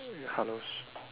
hellos